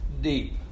deep